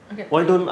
I get tired